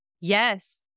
yes